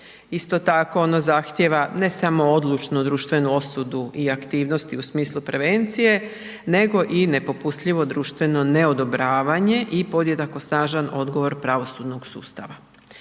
Isto tako, ono zahtijeva ne samo odlučnu društvenu osudu i aktivnosti u smislu prevencije, nego i nepopustljivo društveno neodobravanje i podjednako snažan odgovor pravosudnog sustava.